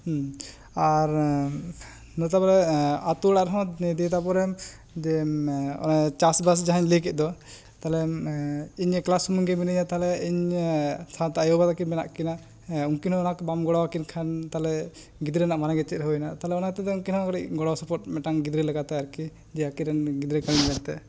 ᱟᱨ ᱱᱚᱛᱮ ᱵᱟᱲᱮ ᱟᱛᱳ ᱚᱲᱟᱜ ᱨᱮᱦᱚᱸ ᱫᱤ ᱛᱟᱠᱚᱨᱮᱱ ᱫᱮᱢ ᱢᱮ ᱪᱟᱥ ᱵᱟᱥ ᱡᱟᱦᱟᱭ ᱞᱟᱹᱭ ᱠᱮᱫ ᱫᱚ ᱯᱟᱞᱮᱱ ᱤᱧ ᱮᱠᱞᱟ ᱥᱩᱢᱩᱝ ᱜᱮ ᱢᱤᱱᱟᱹᱧᱟ ᱛᱟᱦᱚᱞᱮ ᱤᱧ ᱥᱟᱶᱛᱮ ᱟᱭᱳᱼᱵᱟᱵᱟ ᱛᱟᱹᱠᱤᱱ ᱢᱮᱱᱟᱜ ᱠᱤᱱᱟ ᱦᱮᱸ ᱩᱱᱠᱤᱱ ᱦᱚᱸ ᱚᱱᱟᱠ ᱵᱟᱢ ᱜᱚᱲᱚ ᱟᱹᱠᱤᱱ ᱠᱷᱟᱱ ᱛᱟᱦᱚᱞᱮ ᱜᱤᱫᱽᱨᱟᱹ ᱱᱟᱜ ᱢᱟᱱᱮ ᱜᱮ ᱪᱮᱫ ᱦᱩᱭ ᱮᱱᱟ ᱛᱟᱦᱚᱞᱮ ᱚᱱᱟ ᱛᱤᱛᱮ ᱩᱱᱠᱤᱱ ᱦᱚᱸ ᱟᱹᱰᱤ ᱜᱚᱲᱚ ᱥᱚᱯᱚᱫ ᱢᱤᱫ ᱴᱟᱱ ᱜᱤᱫᱽᱨᱟᱹ ᱞᱮᱠᱟᱛᱮ ᱟᱨᱠᱤ ᱡᱮ ᱟᱹᱠᱤᱱᱨᱮᱱ ᱜᱤᱫᱽᱨᱟᱹ ᱠᱟᱱᱤᱧ ᱢᱮᱱᱛᱮ